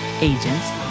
agents